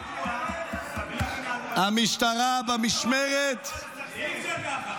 פגוע ----- המשטרה במשמרת שלי -- אי-אפשר ככה,